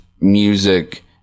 music